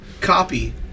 Copy